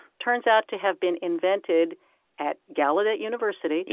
turns out to have been invented at gallaudet university.